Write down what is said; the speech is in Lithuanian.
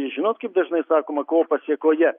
žinot kaip dažnai sakoma ko pasėkoje